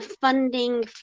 funding